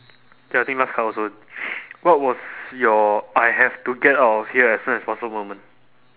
ya I think last card also what was your I have to get out of here as soon as possible moment